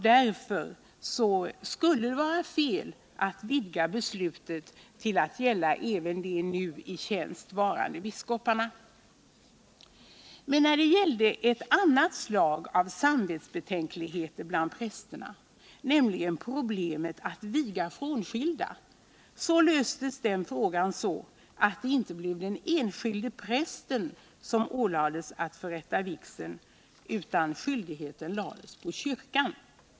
Därför skulle det vara fel att vidga beslutet till att gälla även de nu i tjänst varande biskoparna. Men när det gällde ett annat slag av samvetsbetänkligheter bland prästerna, nämligen problemet att viga frånskilda, löstes den frågan så, att det inte blev den enskilde prästen som ålades att förrätta vigseln, utan den skyldigheten lades på kyrkan.